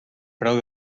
preu